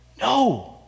No